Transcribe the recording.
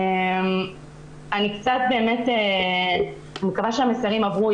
אני מקווה שהמסרים עברו.